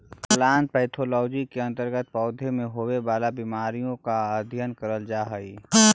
plant pathology के अंतर्गत पौधों में होवे वाला बीमारियों का अध्ययन करल जा हई